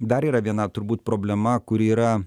dar yra viena turbūt problema kuri yra